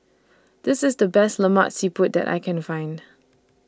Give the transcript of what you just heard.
This IS The Best Lemak Siput that I Can Find